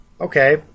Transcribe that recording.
Okay